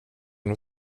nog